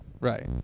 Right